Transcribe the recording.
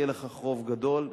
יהיה לכך רוב גדול,